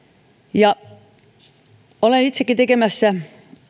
olen itsekin tekemässä